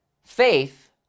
Faith